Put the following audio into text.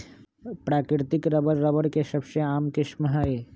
प्राकृतिक rubber, rubber के सबसे आम किस्म हई